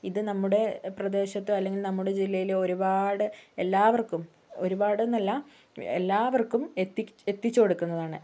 ഇത് നമ്മുടെ പ്രദേശത്ത് അല്ലെങ്കിൽ നമ്മുടെ ജില്ലയിലോ ഒരുപാട് എല്ലാവർക്കും ഒരുപാട് എന്നല്ല എല്ലാവർക്കും എത്തി എത്തിച്ചു കൊടുക്കുന്നതാണ്